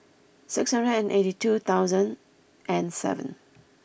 six hundred and eighty two thousand and seven